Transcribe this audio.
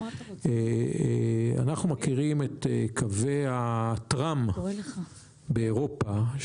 אנחנו מכירים את קווי ה-Tram באירופה,